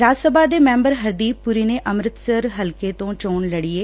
ਰਾਜ ਸਭਾ ਦੇ ਮੈਂਬਰ ਹਰਦੀਪ ਪੁਰੀ ਨੇ ਅਮ੍ਤਿਸਰ ਹਲਕੇ ਤੋਂ ਚੋਣ ਲੜੀ ਏ